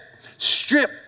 strip